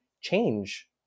change